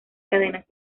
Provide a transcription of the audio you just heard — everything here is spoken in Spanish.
cadenas